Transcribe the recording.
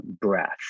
breath